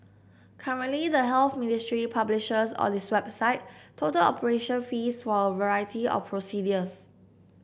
currently the Health Ministry publishes on its website total operation fees for a variety of procedures